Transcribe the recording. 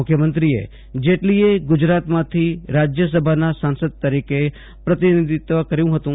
મુખ્યમંત્રી જેટલીએ ગુજરાતમાંથી રાજ્યસભાના સાંસદ તરીકે પ્રતિનિધિત્વ કર્યું હતું